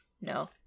No